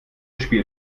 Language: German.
spielt